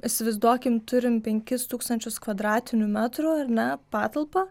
įsivaizduokim turim penkis tūkstančius kvadratinių metrų ar ne patalpą